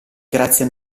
grazie